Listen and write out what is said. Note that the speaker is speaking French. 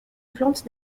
plante